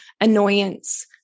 annoyance